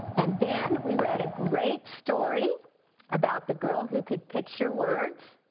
and then we read a great story about the girl who could picture words.